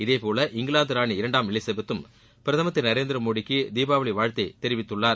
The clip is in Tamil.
இதேபோல இங்கிலாந்து ராணி இரண்டாம் எலிசெபெத் ம் பிரதமர் திரு நரேந்திரமோடிக்கு தீபாவளி வாழ்த்தை தெரிவித்துள்ளார்